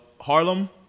harlem